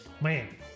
Man